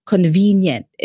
Convenient